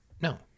No